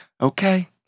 okay